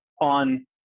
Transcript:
on